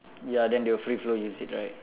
ya then they will free flow use it right